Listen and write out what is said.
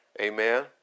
Amen